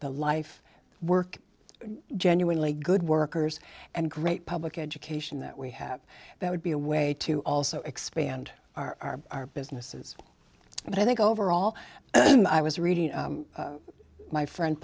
the life work genuinely good workers and great public education that we have that would be a way to also expand our our businesses and i think overall i was reading my friend